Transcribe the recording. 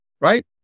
right